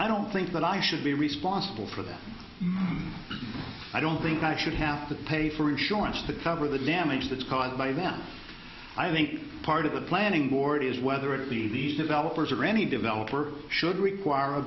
i don't think that i should be responsible for them i don't think i should have to pay for insurance to cover the damage that's caused by them i think part of the planning board is whether it be these developers or any developer should require a